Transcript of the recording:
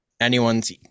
anyone's